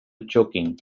choking